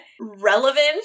relevant